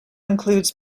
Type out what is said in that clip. includes